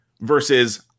Versus